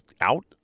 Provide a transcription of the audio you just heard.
out